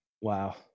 wow